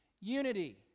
unity